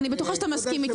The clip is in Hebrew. אני בטוחה שאתה מסכים איתי,